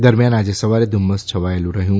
દરમિયાન આજે સવારે ધુમ્મસ છવાયેલું રહ્યું